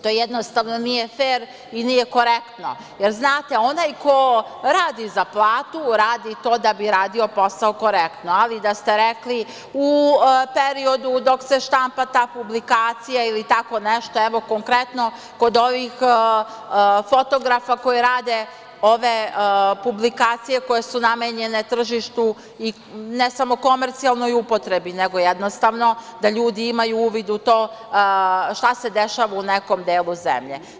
To jednostavno nije fer i nije korektno, jer znate, onaj ko radi za platu, radi to da bi radio posao korektno, ali da ste rekli – u periodu dok se štampa da publikacija ili tako nešto, evo konkretno kod ovih fotografa koji rade ove publikacije koje su namenjene tržištu i ne samo komercijalnoj upotrebi, nego jednostavno da ljudi imaju uvid u to šta se dešava u nekom delu zemlje.